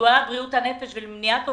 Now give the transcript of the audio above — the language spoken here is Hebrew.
שדולת בריאות הנפש ומניעת אובדנות,